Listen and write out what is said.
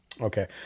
Okay